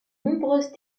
nombreuses